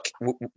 look